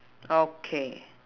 okay